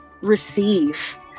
receive